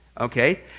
Okay